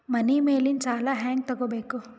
ಮನಿ ಮೇಲಿನ ಸಾಲ ಹ್ಯಾಂಗ್ ತಗೋಬೇಕು?